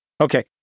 Okay